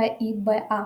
fiba